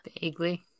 vaguely